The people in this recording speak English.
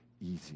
easy